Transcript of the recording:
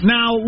Now